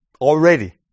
already